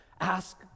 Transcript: Ask